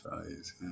values